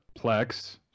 Plex